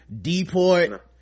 deport